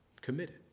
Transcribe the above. committed